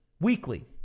weekly